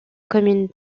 commune